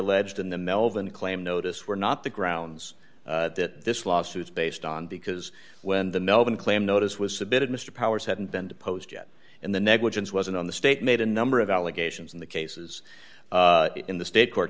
alleged in the melvin claim notice were not the grounds that this lawsuit is based on because when the melbourne claim notice was submitted mr powers hadn't been deposed yet and the negligence wasn't on the state made a number of allegations in the cases in the state court